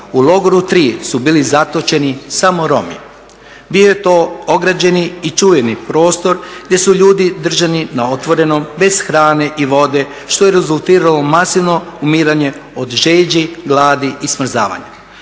U logoru tri su bili zatočeni samo Romi. Bio je to ograđeni i čuveni prostor gdje su ljudi držani na otvorenom bez hrane i vode što je rezultiralo masovno umiranje od žeđi, gladi i smrzavanja.